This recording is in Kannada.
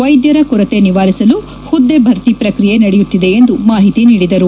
ವೈದ್ಯರ ಕೊರತೆ ನಿವಾರಿಸಲು ಹುದ್ದೆ ಭರ್ತಿ ಪ್ರಕ್ರಿಯೆ ನಡೆಯುತ್ತಿದೆ ಎಂದು ಮಾಹಿತಿ ನೀಡಿದರು